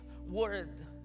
word